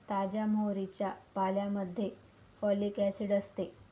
ताज्या मोहरीच्या पाल्यामध्ये फॉलिक ऍसिड असते